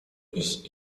ich